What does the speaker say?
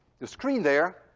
the screen there,